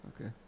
okay